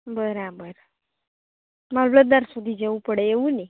બરાબર મામલતદાર સુધી જવું પડે એવું ને